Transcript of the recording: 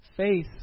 Faith